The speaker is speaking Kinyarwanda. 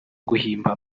guhimba